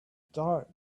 dark